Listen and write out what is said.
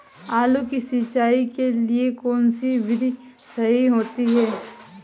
आलू की सिंचाई के लिए कौन सी विधि सही होती है?